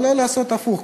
אבל לא לעשות הפוך,